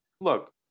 look